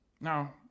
Now